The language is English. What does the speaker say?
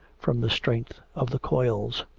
from the strength of the coils.